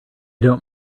don’t